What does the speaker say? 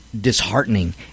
disheartening